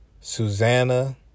Susanna